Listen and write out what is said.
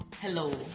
hello